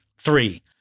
Three